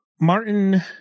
Martin